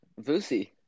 Vusi